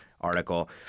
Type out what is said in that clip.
article